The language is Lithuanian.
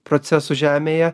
procesų žemėje